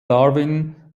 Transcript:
darwin